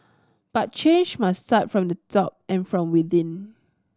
but change must start from the top and from within